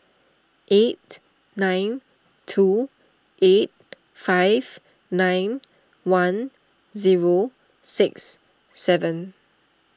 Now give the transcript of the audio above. eight nine two eight five nine one zero six seven